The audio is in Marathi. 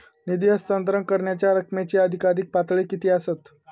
निधी हस्तांतरण करण्यांच्या रकमेची अधिकाधिक पातळी किती असात?